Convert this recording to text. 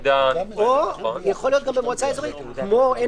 או יכול להיות גם במועצה אזורית כמו עין